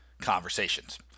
conversations